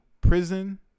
prison